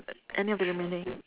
a~ any of the remaining